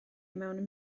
mewn